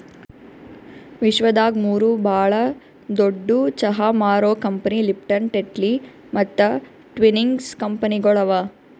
ವಿಶ್ವದಾಗ್ ಮೂರು ಭಾಳ ದೊಡ್ಡು ಚಹಾ ಮಾರೋ ಕಂಪನಿ ಲಿಪ್ಟನ್, ಟೆಟ್ಲಿ ಮತ್ತ ಟ್ವಿನಿಂಗ್ಸ್ ಕಂಪನಿಗೊಳ್ ಅವಾ